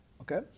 Okay